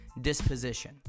disposition